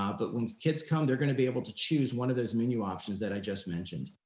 ah but when kids come, they're gonna be able to choose one of those menu options that i just mentioned.